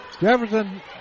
Jefferson